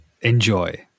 enjoy